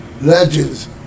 Legends